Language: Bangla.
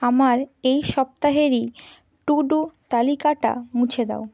আমার এই সপ্তাহেরই টু ডু তালিকাটা মুছে দাও